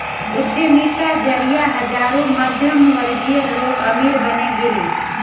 उद्यमिता जरिए हजारों मध्यमवर्गीय लोग अमीर बने गेले